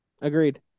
Agreed